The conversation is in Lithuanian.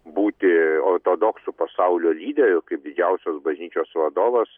būti ortodoksų pasaulio lyderiu kaip didžiausios bažnyčios vadovas